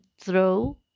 throw